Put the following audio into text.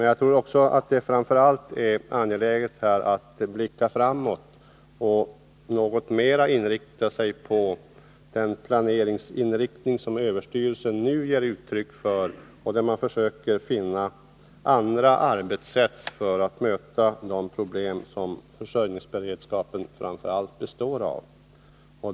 Jag tror också att det framför allt är angeläget att blicka framåt och något mera koncentrera sig på den planeringsinriktning som överstyrelsen nu ger uttryck för och där man försöker finna andra arbetssätt för att möta de största problemen i fråga om försörjningsberedskapen.